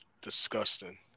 disgusting